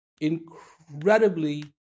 incredibly